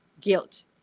guilt